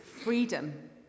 freedom